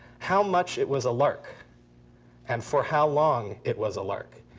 how much it was a lark and for how long it was a lark.